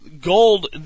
gold